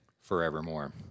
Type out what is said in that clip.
forevermore